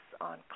on